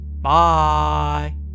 Bye